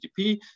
GDP